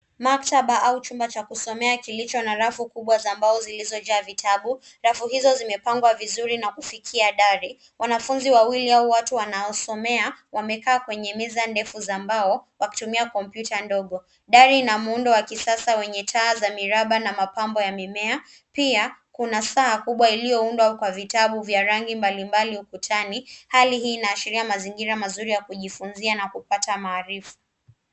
Maktaba au chumba cha kusomea kilicho na rafu kubwa za mbao zilizojaa vitabu, rafu hizo zimepangwa vizuri na kufikia dari. Wanafunzi wawili au watu wanaosomea wamekaa kwenye meza ndefu za mbao wakitumia kompyuta ndogo. Dari ina muundo wa kisasa w enyetaa za miraba na mapambo ya mimea, pia kuna saa kubwa ilioundwa kwa vitabu vya rangi mbali mbali ukutani. Hali hii inaashiria mazingira mazuri ya kujifunzia na kupata maarifa.